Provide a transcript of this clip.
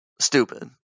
stupid